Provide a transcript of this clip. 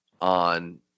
on